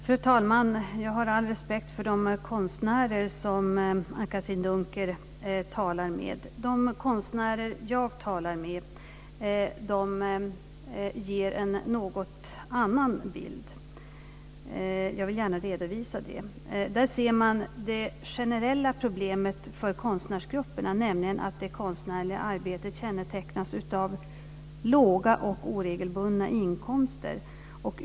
Fru talman! Jag har all respekt för de konstnärer som Anne-Katrine Dunker talar med. De konstnärer jag talar med ger en något annan bild. Jag vill gärna redovisa det. Man ser det generella problemet för konstnärsgrupperna, nämligen att det konstnärliga arbetet kännetecknas av låga och oregelbundna inkomster.